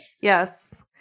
yes